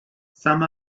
some